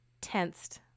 tensed